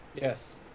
Yes